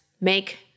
make